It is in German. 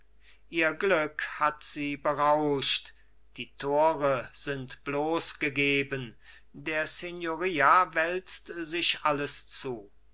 ihr glück hat sie berauscht die tore sind bloß gegeben der signoria wälzt sich alles zu